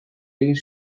egin